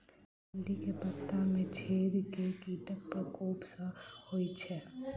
भिन्डी केँ पत्ता मे छेद केँ कीटक प्रकोप सऽ होइ छै?